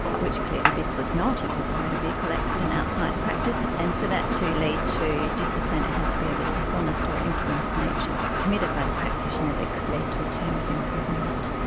which clearly this was not, it was a motor vehicle accident outside practice, and for that to lead to discipline it had to be of a dishonest or infamous nature committed by the practitioner that could lead to a term of imprisonment.